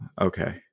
Okay